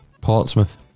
portsmouth